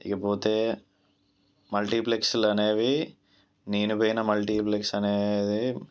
ఇక పోతే మల్టీప్లెక్స్లు అనేవి నేను పోయిన మల్టీప్లెక్స్ అనేది